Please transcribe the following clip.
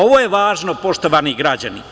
Ovo je važno, poštovani građani.